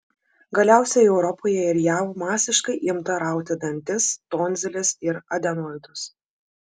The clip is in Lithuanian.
galiausiai europoje ir jav masiškai imta rauti dantis tonziles ir adenoidus